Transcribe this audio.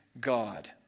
God